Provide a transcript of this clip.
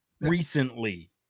recently